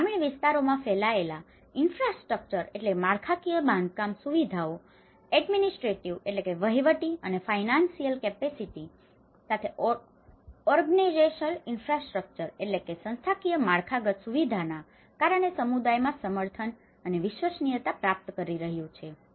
તે ગ્રામીણ વિસ્તારોમાં ફેલાયેલ ઇનફ્રાસ્ટ્રક્ચર infrastructure માળખાકીય બાંધકામ સુવિધાઓ એડ્મિનિસ્ટ્રેટિવ administrative વહીવટી અને ફાઇનાન્સિયલ કેપેસિટીની financial capacity આર્થિક ક્ષમતા સાથે ઓર્ગનેજેશનલ ઇનફ્રાસ્ટ્રક્ચર organizational infrastructure સંસ્થાકીય માળખાગત સુવિધાઓના કારણે સમુદાયમાં સમર્થન અને વિશ્વસનીયતા પ્રાપ્ત કરી રહ્યું છે